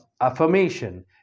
affirmation